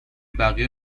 بقیه